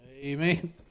Amen